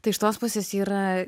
tai iš tos pusės yra